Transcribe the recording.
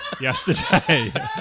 yesterday